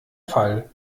fall